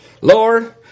Lord